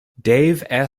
dave